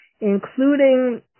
including